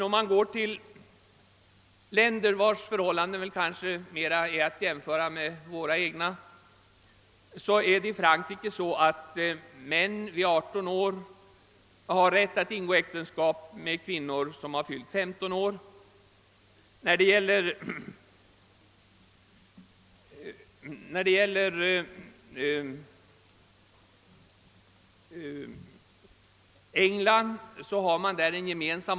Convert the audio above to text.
Om vi jämför med länder, vilkas förhållanden kanske är mera jämförbara med våra egna finner vi att män i Frankrike kan ingå äktenskap vid 18 års ålder med kvinnor som fyllt 15 år. I England är giftermålsåldern 16 år för både män och kvinnor.